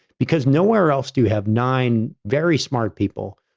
because nowhere else do have nine very smart people,